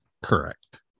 correct